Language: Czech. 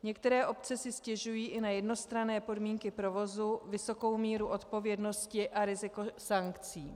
Některé obce si stěžují i na jednostranné podmínky provozu, vysokou míru odpovědnosti a riziko sankcí.